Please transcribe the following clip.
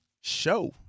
show